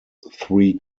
three